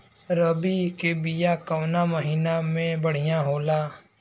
रबी के बिया कवना महीना मे बढ़ियां होला?